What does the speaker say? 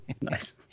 nice